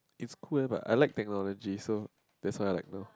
is cool leh but I like technology so this what I like lor